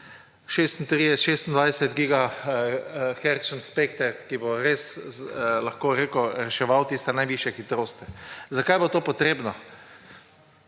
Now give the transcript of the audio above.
spekter, ki bo res lahko reševal tiste najvišje hitrosti. Zakaj bo to potrebno?